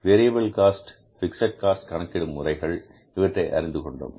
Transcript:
variable cost fixed cost கணக்கிடும் முறைகள் இவற்றை அறிந்து கொண்டோம்